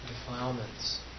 defilements